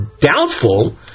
doubtful